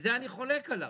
בזה אני חולק עליו.